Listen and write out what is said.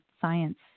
science